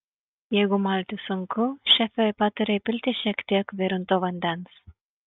jeigu malti sunku šefė pataria įpilti šie tiek virinto vandens